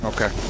Okay